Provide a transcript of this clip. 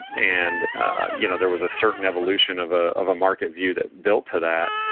and you know there was a certain evolution of ah of a market view that built to that.